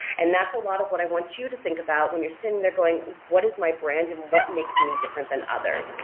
and that's a lot of what i want you to think about when you're sitting there going, what is my brand and what makes me different than others.